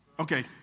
Okay